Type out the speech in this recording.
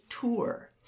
Tour